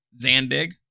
Zandig